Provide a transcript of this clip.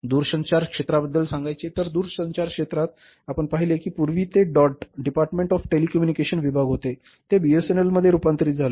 दूरसंचार क्षेत्राबद्दल सांगायचे तर दूरसंचार क्षेत्रात आपण पाहिले आहे की पूर्वी ते डॉट विभाग होते ते बीएसएनएलमध्ये रूपांतरित झाले